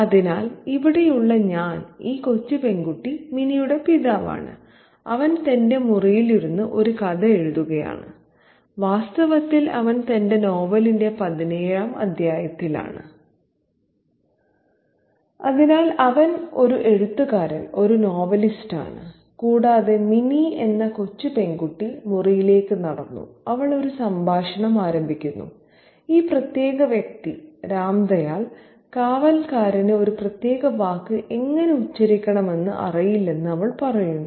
അതിനാൽ ഇവിടെയുള്ള 'ഞാൻ' ഈ കൊച്ചു പെൺകുട്ടി മിനിയുടെ പിതാവാണ് അവൻ തന്റെ മുറിയിലിരുന്ന് ഒരു കഥ എഴുതുകയാണ് വാസ്തവത്തിൽ അവൻ തന്റെ നോവലിന്റെ 17 ാം അധ്യായത്തിലാണ് അതിനാൽ അവൻ ഒരു എഴുത്തുകാരൻ ഒരു നോവലിസ്റ്റ് ആണ് കൂടാതെ മിനി എന്ന കൊച്ചു പെൺകുട്ടി മുറിയിലേക്ക് നടന്നു അവൾ ഒരു സംഭാഷണം ആരംഭിക്കുന്നു ഈ പ്രത്യേക വ്യക്തി രാംദയാൽ കാവൽക്കാരന് ഒരു പ്രത്യേക വാക്ക് എങ്ങനെ ഉച്ചരിക്കണമെന്ന് അറിയില്ലെന്ന് അവൾ പറയുന്നു